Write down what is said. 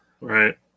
Right